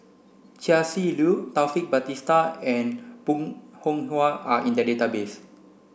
Chia Shi Lu Taufik Batisah and Bong Hiong Hwa are in the database